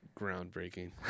groundbreaking